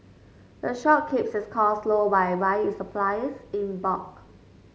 the shop keeps its costs low by buying its supplies in bulk